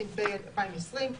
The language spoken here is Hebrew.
התש"ף 2020,